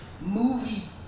movie